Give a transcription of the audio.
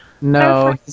No